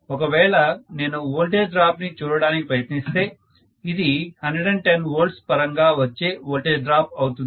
ఒకవేళ నేను voltage drop ని చూడడానికి ప్రయత్నిస్తే ఇది 110 V పరంగా వచ్చే వోల్టేజ్ డ్రాప్ అవుతుంది